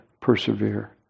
persevere